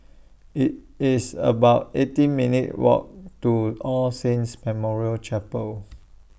IT It's about eighteen minutes' Walk to All Saints Memorial Chapel